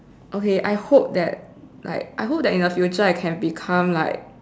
okay I hope that like I hope that in the future I can become like